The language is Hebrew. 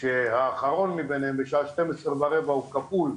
כשהאחרון מביניהם בשעה 12:15 הוא כפול,